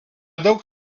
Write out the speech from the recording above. daug